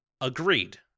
Agreed